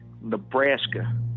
Nebraska